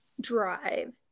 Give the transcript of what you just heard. drive